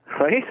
right